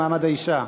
לא, במעמד האישה.